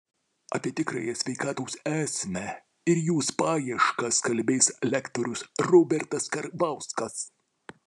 apie tikrąją sveikatos esmę ir jos paieškas kalbės lektorius robertas karvauskas